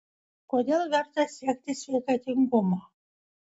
kodėl verta siekti sveikatingumo